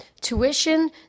tuition